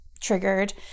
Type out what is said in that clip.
triggered